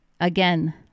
Again